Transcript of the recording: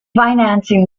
financing